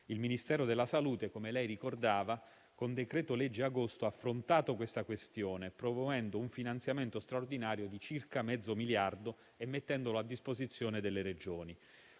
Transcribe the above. Il Ministero della salute - come lei ricordava - con il decreto-legge agosto ha affrontato questa questione, promuovendo un finanziamento straordinario di circa mezzo miliardo, mettendolo a disposizione delle Regioni.